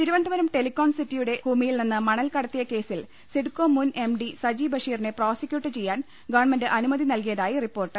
Thiruvananthapuram telecom സിറ്റിയുടെ ഭൂമിയിൽ നിന്ന് മണൽകടത്തിയ ക്രേസിൽ സിഡ്കോ മുൻ എം ഡി സജീവ് ബഷീ റിനെ പ്രോസിക്യൂട്ട് ചെയ്യാൻ ഗവൺമെന്റ് അനുമതി നൽകിയതായി റിപ്പോർട്ട്